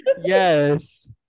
Yes